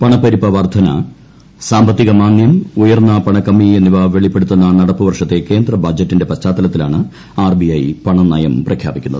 പണപ്പെരുപ്പ വർദ്ധന സാമ്പത്തിക മാന്ദൃം ഉയർന്ന പണക്കമ്മി എന്നിവ വെളിപ്പെടുത്തുന്ന നടപ്പു വർഷത്തെ കേന്ദ്ര ബജറ്റിന്റെ പശ്ചാത്തലത്തിലാണ് ആർ ബി ഐ പണനയം പ്രഖ്യാപിക്കുന്നത്